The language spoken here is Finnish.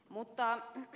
mutta ed